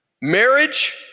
Marriage